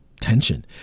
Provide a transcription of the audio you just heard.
tension